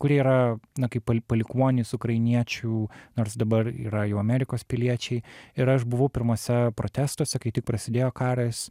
kurie yra na kaip palikuonys ukrainiečių nors dabar yra jau amerikos piliečiai ir aš buvau pirmuose protestuose kai tik prasidėjo karas